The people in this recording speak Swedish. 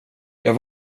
jag